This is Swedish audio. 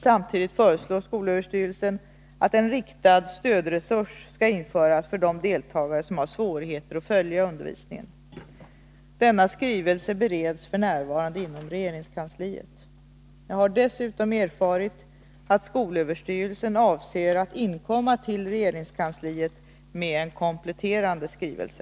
Samtidigt föreslår skolöverstyrelsen att en riktad stödresurs skall införas för de deltagare som har svårigheter att följa undervisningen. Denna skrivelse bereds f. n. inom regeringskansliet. Jag har dessutom erfarit att skolöverstyrelsen avser att inkomma till regeringskansliet med en kompletterande skrivelse.